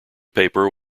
paper